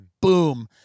Boom